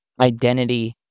identity